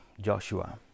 Joshua